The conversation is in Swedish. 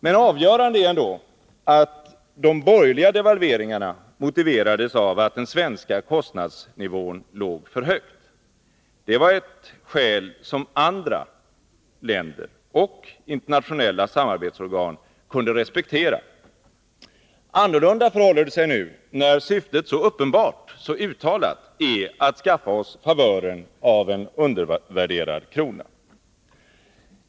Men avgörande är ändå att de borgerliga devalveringarna motiverades av att den svenska kostnadsnivån låg för högt. Det var ett skäl som andra länder och internationella samarbetsorgan kunde respektera. Annorlunda förhåller det sig när syftet så uppenbart och uttalat är att skaffa oss favören av en undervärderad krona.